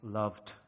loved